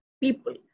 people